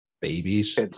babies